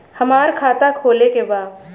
हमार खाता खोले के बा?